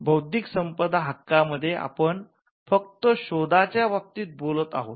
बैद्धिक संपदा हक्कां मध्ये आपण फक्त शोधाच्या बाबतीत बोलत आहोत